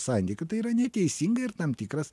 santykiu tai yra neteisinga ir tam tikras